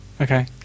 Okay